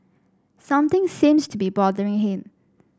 something seems to be bothering him